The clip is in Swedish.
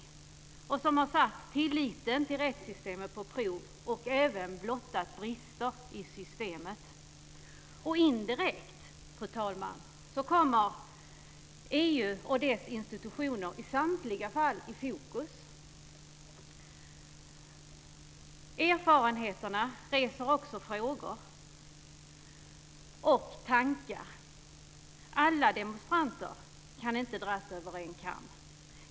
Som har sagts har det satt tilliten på rättssystemet på prov och även blottat brister i systemet. Fru talman! Indirekt kommer EU och dess institutioner i samtliga fall i fokus. Erfarenheterna reser också frågor och tankar. Alla demonstranter kan inte dras över en kam.